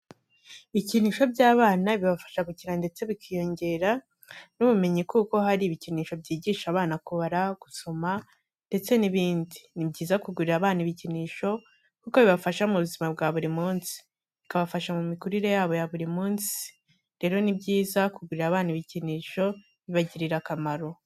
Ibikinisho by'abana bibafasha gukina ndetse bakiyongera n'ubumenyi kuko hari ibikinisho byigisha abana kubara, gusoma ndetde n'ibindi. Ni byiza kugurira abana ibikinisho kuko bibafasha mu buzima bwa buri munsi, bikabafasha mu mikurire yabo ya buri munsi. Rero ni byiza kugurira abana ibikinisho bibagirira akamaro.